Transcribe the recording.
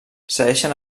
segueixen